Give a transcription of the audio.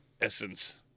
essence